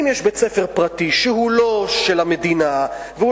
אם יש בית-ספר פרטי שהוא לא של המדינה והוא